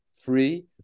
free